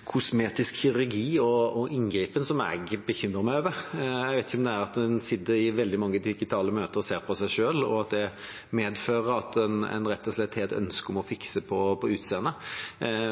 det skyldes at en sitter i veldig mange digitale møter og ser på seg selv, og at det fører til at en rett og slett får et ønske om å fikse på utseendet.